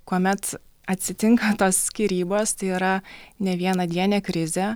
kuomet atsitinka skyrybos tai yra nevienadienė krizė